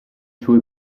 suo